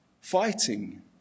fighting